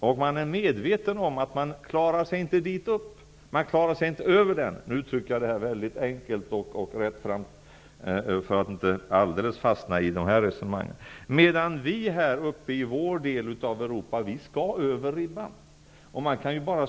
Man är också medveten om att man inte klarar att nå upp till eller komma över denna ribba. Nu uttrycker jag mig väldigt enkelt och rättframt för att inte alldeles fastna i dessa resonemang. Vi här uppe i vår del av Europa skall komma över ribban.